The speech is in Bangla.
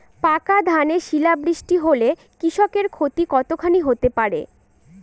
পাকা ধানে শিলা বৃষ্টি হলে কৃষকের ক্ষতি কতখানি হতে পারে?